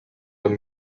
were